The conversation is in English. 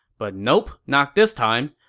but nope, not this time.